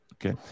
Okay